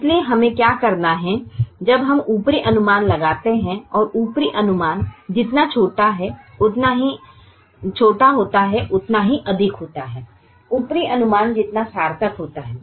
इसलिए हमें क्या करना है जब हम ऊपरी अनुमान लगाते हैं और ऊपरी अनुमान जितना छोटा होता है ऊपरी अनुमान उतना ही अधिक सार्थक होता है